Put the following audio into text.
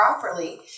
properly